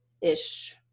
ish